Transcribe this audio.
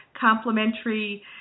complementary